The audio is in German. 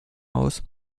aus